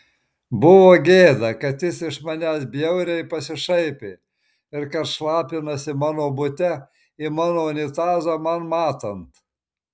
buvo gėda kad jis iš manęs bjauriai pasišaipė ir kad šlapinasi mano bute į mano unitazą man matant